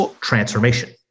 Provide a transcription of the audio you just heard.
Transformation